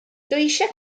eisiau